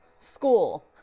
school